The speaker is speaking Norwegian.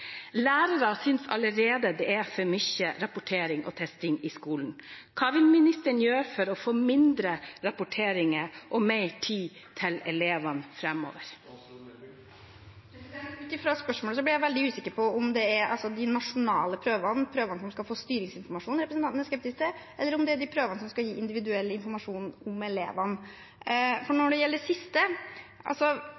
Lærere synes allerede det er for mye rapportering og testing i skolen. Hva vil ministeren gjøre for å få færre rapporteringer og mer tid til elevene framover? Ut fra spørsmålet blir jeg veldig usikker på om det er de nasjonale prøvene, prøvene som skal gi styringsinformasjon, representanten er skeptisk til, eller om det er de prøvene som skal gi individuell informasjon om elevene.